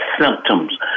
symptoms